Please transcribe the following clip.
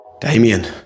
Damien